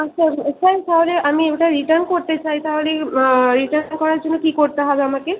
আচ্ছা স্যার তাহলে আমি ওটা রিটার্ন করতে চাই তাহলে রিটার্ন করার জন্য কী করতে হবে আমাকে